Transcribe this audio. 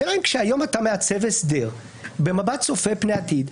השאלה היא אם כשהיום אתה מעצב הסדר במבט צופה פני עתיד,